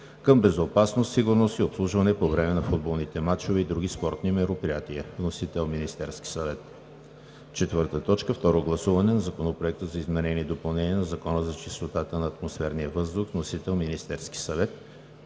към безопасност, сигурност и обслужване по време на футболните мачове и други спортни мероприятия. Вносител: Министерският съвет на 22 юли 2019 г. 4. Второ гласуване на Законопроекта за изменение и допълнение на Закона за чистотата на атмосферния въздух. Вносител: Министерският съвет